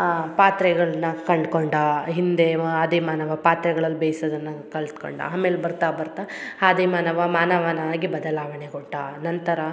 ಆ ಪಾತ್ರೆಗಳನ್ನ ಕಂಡ್ಕೊಂಡಾ ಹಿಂದೆ ಮಾ ಆದಿಮಾನವ ಪಾತ್ರೆಗಳಲ್ಲಿ ಬೇಯ್ಸೋದನ್ನ ಕಲ್ತ ಕೊಂಡ ಆಮೇಲೆ ಬರ್ತಾ ಬರ್ತಾ ಆದಿಮಾನವ ಮಾನವನಾಗಿ ಬದಲಾವಣೆಗೊಂಡ ಆ ನಂತರ